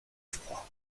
froids